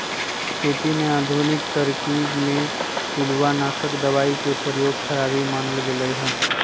खेती के आधुनिक तरकिब में पिलुआनाशक दबाई के प्रयोग खराबी मानल गेलइ ह